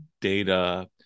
data